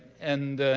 and